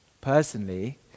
Personally